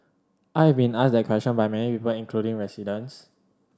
I have been asked that question by many people including residents